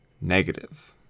negative